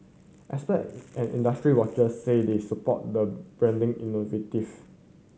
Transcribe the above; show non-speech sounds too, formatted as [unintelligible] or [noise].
expert [unintelligible] and industry watchers said they support the branding initiative